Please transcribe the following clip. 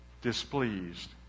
displeased